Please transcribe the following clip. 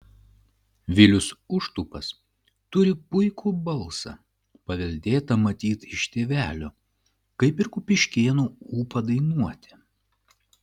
vilius užtupas turi puikų balsą paveldėtą matyt iš tėvelio kaip ir kupiškėnų ūpą dainuoti